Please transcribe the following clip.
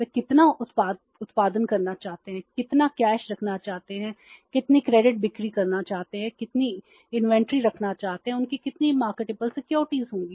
वे कितना उत्पादन करना चाहते हैं कितना कैश रखना चाहते हैं कितनी क्रेडिट बिक्री करना चाहते हैं कितनी इन्वेंट्री रखना चाहते हैं उनकी कितनी मार्केटेबल सिक्योरिटी होगी